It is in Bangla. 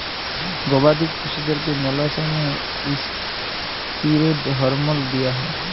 গবাদি পশুদ্যারকে ম্যালা সময়ে ইসটিরেড হরমল দিঁয়া হয়